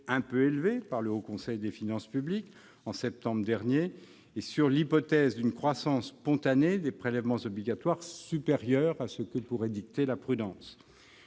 un peu élevée par le Haut Conseil des finances publiques au mois de septembre dernier et, d'autre part, sur l'hypothèse d'une croissance spontanée des prélèvements obligatoires supérieure à ce que dicterait la prudence.